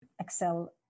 excel